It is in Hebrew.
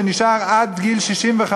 נשאר עד גיל 65,